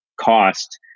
cost